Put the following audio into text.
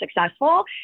successful